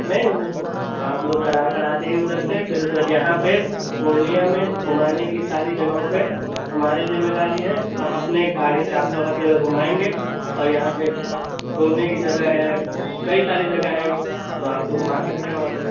نہیں وہ آپ لوگ کرا کر آ جائیے ادھر سے پھر پھر یہاں پہ پورنیہ میں گھمانے کی ساری جگہوں پہ ہماری ذمہ داری ہے ہم اپنے گاڑی سے آپ کو ہر جگہ گھمائیں گے اور یہاں پہ گھومنے کی جگہ ہے کئی ساری جگہ ہیں تو آپ کو گھما سکتے ہیں وہاں پہ